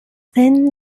thin